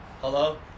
Hello